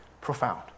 profound